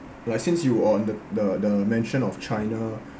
like since you're on the the the mention of china